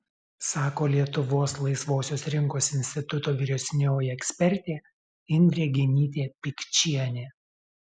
sako lietuvos laisvosios rinkos instituto vyresnioji ekspertė indrė genytė pikčienė